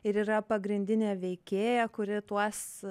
ir yra pagrindinė veikėja kuri tuos